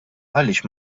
għaliex